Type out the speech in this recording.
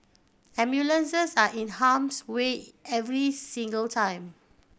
ambulances are in harm's way every single time